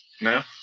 No